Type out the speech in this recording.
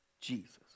Jesus